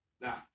Now